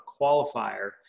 qualifier